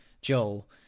Joel